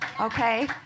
Okay